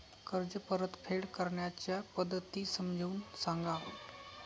कर्ज परतफेड करण्याच्या पद्धती समजून सांगा